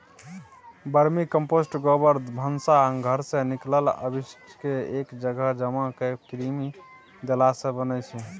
vermicompost गोबर, भनसा घरसँ निकलल अवशिष्टकेँ एक जगह जमा कए कृमि देलासँ बनै छै